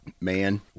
man